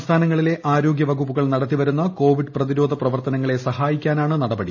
സംസ്ഥാനങ്ങളിലെ ആരോഗ്യ വകുപ്പുകൾ നടത്തിവരുന്ന കോവിഡ് പ്രതിരോധ പ്രവർത്തനങ്ങളെ സഹായിക്കാനാണ് നടപടി